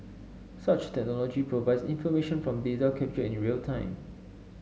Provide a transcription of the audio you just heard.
such technology provides information from data captured in real time